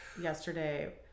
yesterday